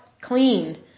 clean